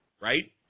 right